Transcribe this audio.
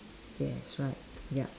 yes right ya